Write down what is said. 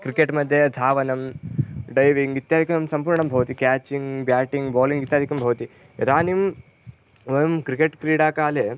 cricket मध्ये धावनं diving इत्यादिकं सम्पूर्णं भवति केचिङ्ग् बेटिङ्ग् बालिङ्ग् इत्यादिकं भवति इदानीं वयं क्रिकेट् क्रीडाकाले